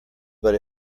but